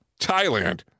Thailand